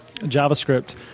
JavaScript